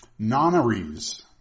Nonaries